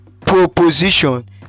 proposition